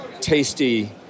tasty